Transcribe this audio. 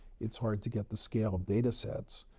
it's hard to get the scale of datasets.